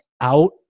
out